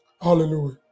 Hallelujah